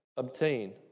obtain